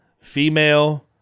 female